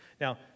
Now